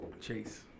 Chase